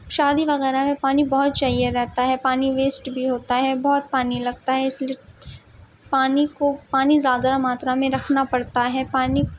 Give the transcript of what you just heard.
شادی وغیرہ میں پانی بہت چاہیے رہتا ہے پانی ویسٹ بھی ہوتا ہے بہت پانی لگتا ہے اس لیے پانی کو پانی زیادرا ماترا میں رکھنا پڑتا ہے پانی